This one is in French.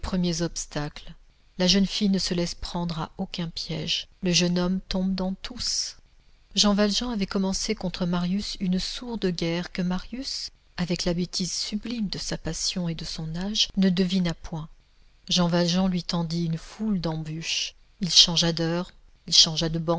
premiers obstacles la jeune fille ne se laisse prendre à aucun piège le jeune homme tombe dans tous jean valjean avait commencé contre marius une sourde guerre que marius avec la bêtise sublime de sa passion et de son âge ne devina point jean valjean lui tendit une foule d'embûches il changea d'heures il changea de